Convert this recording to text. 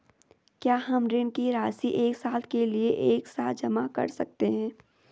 क्या हम ऋण की राशि एक साल के लिए एक साथ जमा कर सकते हैं?